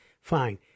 fine